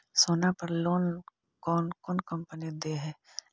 सोना पर लोन कौन कौन कंपनी दे है?